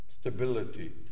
stability